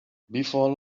before